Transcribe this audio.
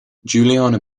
juliana